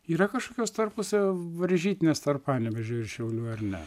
yra kažkokios tarpusavio varžytinės tarp panevėžio ir šiaulių ar ne